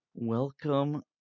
welcome